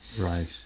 Right